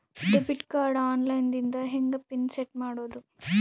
Debit card online ದಿಂದ ಹೆಂಗ್ pin set ಮಾಡೋದು?